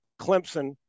Clemson